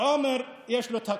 בעומר יש לו את הכול.